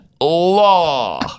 law